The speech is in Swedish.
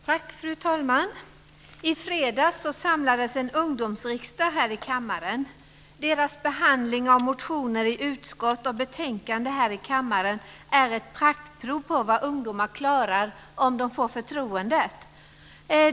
Fru talman! I fredags samlades en ungdomsriksdag här i kammaren. Deras behandling av motioner i utskott och betänkanden här i kammaren är ett praktprov på vad ungdomar klarar om de får förtroendet.